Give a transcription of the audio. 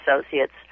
associates